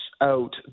out